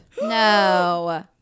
No